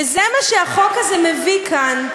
וזה מה שהחוק הזה מביא כאן,